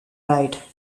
right